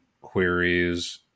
queries